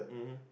mmhmm